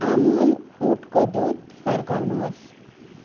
अमुल ऊँटको दुध फर्काउनुहोस्